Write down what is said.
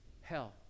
Hell